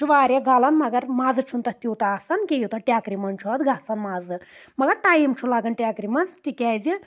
سُہ چھُ واریاہ گَلان مگر مَزٕ چھُنہٕ تَتھ تیوٗتاہ آسان کِہیٖنۍ یوٗتاہ ٹٮ۪کرِ منز چھُ اَتھ گژھان مَزٕ مگر ٹایم چھُ لَگان ٹٮ۪کرِ منز تِکیاز